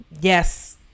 yes